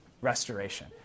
restoration